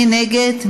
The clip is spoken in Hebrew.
מי נגד?